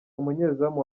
umunyezamu